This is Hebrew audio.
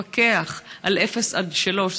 לפקח על גיל אפס עד שלוש.